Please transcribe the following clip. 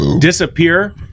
disappear